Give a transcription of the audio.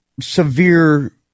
severe